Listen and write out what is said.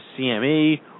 CME